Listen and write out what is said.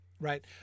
Right